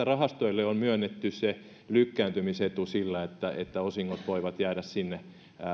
rahastoille on myönnetty se lykkääntymisetu niin että osingot voivat jäädä sinne